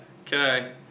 Okay